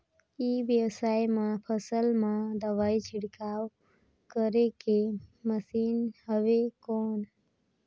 ई व्यवसाय म फसल मा दवाई छिड़काव करे के मशीन हवय कौन?